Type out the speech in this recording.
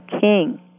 king